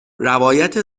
روایت